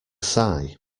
sigh